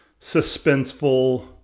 suspenseful